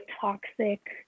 toxic